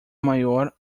maior